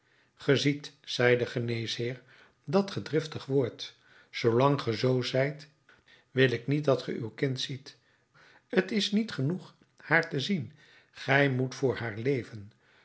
zei de geneesheer dat ge driftig wordt zoolang ge z zijt wil ik niet dat ge uw kind ziet t is niet genoeg haar te zien gij moet voor haar leven